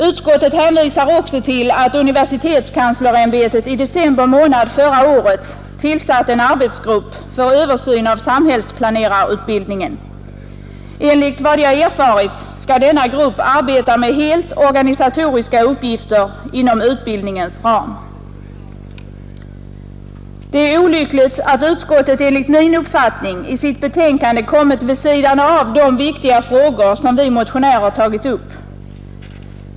Utskottet hänvisar också till att universitetskanslersämbetet i december månad förra året tillsatt en arbetsgrupp för översyn av samhällsplanerarutbildningen. Enligt vad jag erfarit skall denna grupp arbeta med helt organisatoriska uppgifter inom utbildningens ram. Det är olyckligt att utskottet enligt min uppfattning i sitt betänkande kommit vid sidan av de viktiga frågor som vi motionärer tagit upp.